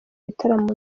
ibitaramo